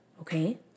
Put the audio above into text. okay